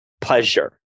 pleasure